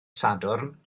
sadwrn